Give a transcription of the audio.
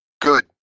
Good